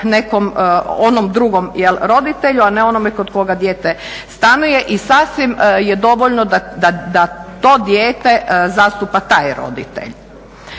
onom drugom jel' roditelju a ne onome kod koga dijete stanuje. I sasvim je dovoljno da to dijete zastupa taj roditelj.